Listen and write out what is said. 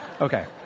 Okay